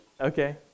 okay